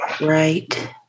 Right